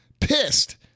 pissed